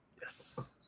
Yes